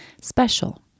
special